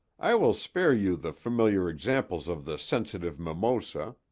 i will spare you the familiar examples of the sensitive mimosa,